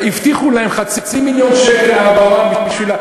הבטיחו להם חצי מיליון שקל העברה בשביל,